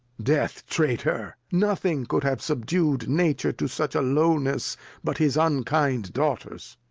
death, traytor, nothing cou'd have subdu'd nature to such a lowness but his unkind daughters.